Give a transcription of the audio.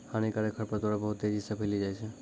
हानिकारक खरपतवार बहुत तेजी से फैली जाय छै